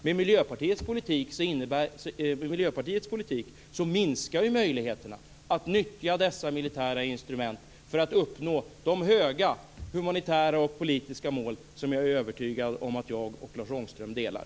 Med Miljöpartiets politik minskar möjligheterna att nyttja dessa militära instrument för att man ska uppnå de humanitära och politiska mål som jag är övertygad om att jag och Lars Ångström delar.